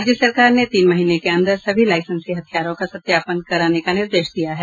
राज्य सरकार ने तीन महीने के अन्दर सभी लाईसेंसी हथियारों का सत्यापन कराने का निर्देश दिया है